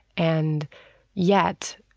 and yet,